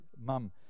mum